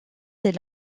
des